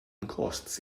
costs